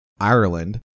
Ireland